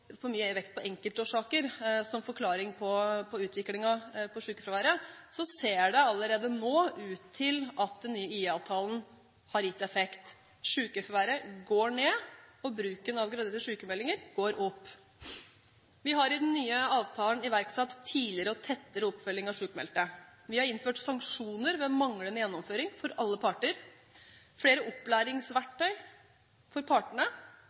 enkeltårsaker som forklaring på utviklingen i sykefraværet, ser det allerede nå ut til at den nye IA-avtalen har gitt effekt. Sykefraværet går ned, og bruken av graderte sykmeldinger går opp. Vi har i den nye avtalen iverksatt tidligere og tettere oppfølging av sykmeldte, vi har innført sanksjoner ved manglende gjennomføring for alle parter, flere opplæringsverktøy for partene,